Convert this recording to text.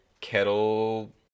kettle